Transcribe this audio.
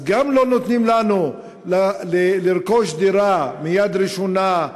אז גם לא נותנים לנו לרכוש דירה מיד ראשונה,